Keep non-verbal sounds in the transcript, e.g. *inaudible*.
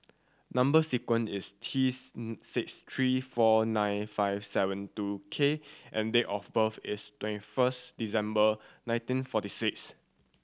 number sequence is T *unintelligible* six three four nine five seven two K and date of birth is twenty first December nineteen forty six